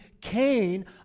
Cain